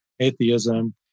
Atheism